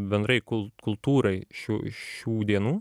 bendrai kul kultūrai šių šių dienų